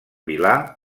vilà